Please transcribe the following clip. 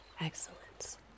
excellence